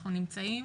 אנחנו נמצאים